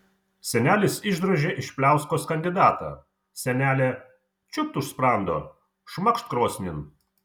senelis išdrožė iš pliauskos kandidatą senelė čiūpt už sprando šmakšt krosnin